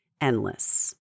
endless